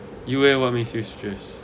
you eh want me see switches